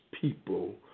people